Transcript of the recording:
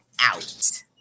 out